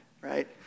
right